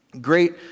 Great